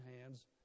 hands